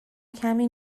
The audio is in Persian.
کمی